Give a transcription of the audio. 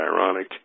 ironic